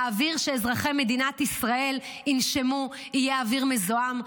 והאוויר שאזרחי מדינת ישראל ינשמו יהיה אוויר מזוהם.